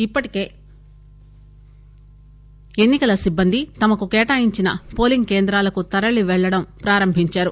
ఇప్పటికే ఎన్ని కల సిబ్బంది తమకు కేటాయించిన పోలింగ్ కేంద్రాలకు తరలిపెళ్లడం ప్రారంభించారు